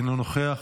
אינו נוכח,